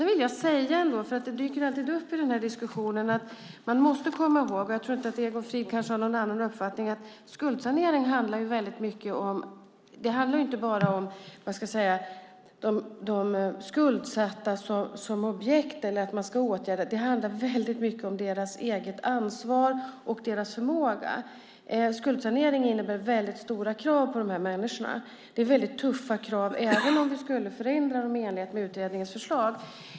I den här diskussionen måste man komma ihåg - jag tror inte att Egon Frid har någon annan uppfattning - att skuldsanering inte bara handlar om de skuldsatta som objekt. Det handlar mycket om deras eget ansvar och deras förmåga. Skuldsanering innebär stora krav på de människorna. Det är tuffa krav, även om vi skulle förändra dem i enlighet med utredningens förslag.